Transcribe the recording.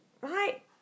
right